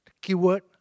keyword